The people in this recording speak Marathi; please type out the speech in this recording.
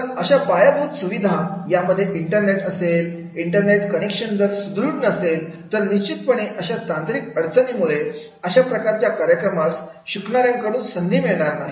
तर अशा पायाभूत सुविधा यामध्ये इंटरनेट असेल इंटरनेट कनेक्शन जर सुदृढ नसेल तर निश्चितपणे अशा तांत्रिक अडचणीमुळे अशा प्रकारच्या कार्यक्रमास शिकणाऱ्या कडून संधी मिळणार नाही